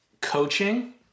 coaching